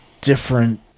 different